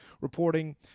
reporting